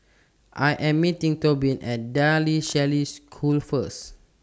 I Am meeting Tobin At De La Salle School First